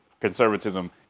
conservatism